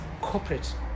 corporate